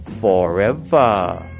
forever